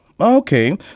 Okay